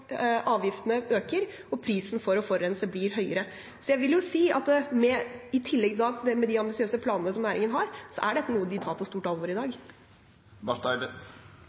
avgiftene øker og prisen for å forurense blir høyere? Så jeg vil si at i tillegg til de ambisiøse planene som næringen har, er dette noe vi tar på stort alvor i